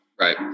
Right